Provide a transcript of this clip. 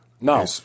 No